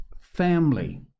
family